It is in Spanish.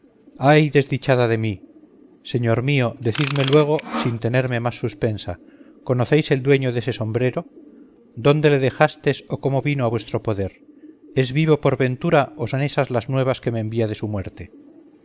ay desdichada de mí señor mío decidme luego sin tenerme más suspensa conocéis el dueño dese sombrero dónde le dejastes o cómo vino a vuestro poder es vivo por ventura o son ésas las nuevas que me envía de su muerte